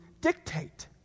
dictate